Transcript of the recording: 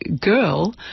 girl